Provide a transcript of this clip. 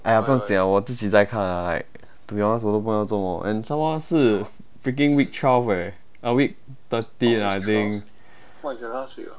!aiya! 不用紧啊我自己在看啦 like to be honest 我都不懂要做么 and some more 是 freaking week twelve uh week thirteen ah I think